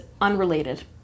unrelated